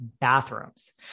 bathrooms